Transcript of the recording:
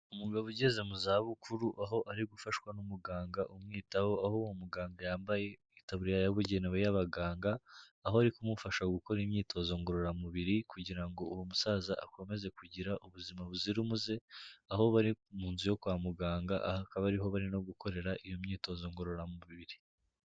Umugabo ugeze mu za bukuru, aho ari gufashwa n'umuganga umwitaho, aho uwo muganga yambaye itaburiya yabugenewe y'abaganga, aho ari kumufasha gukora imyitozo ngororamubiri, kugira ngo uwo musaza akomeze kugira ubuzima buzira umuze, aho bari mu nzu yo kwa muganga, aha bakaba ariho barimo gukorera iyo myitozo ngororamubiri.